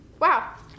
Wow